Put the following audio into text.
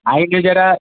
હા એટલે જરા